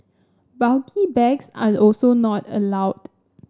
bulky bags are also not allowed